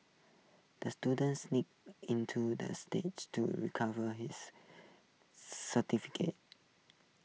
the students into the stage to recover his certificate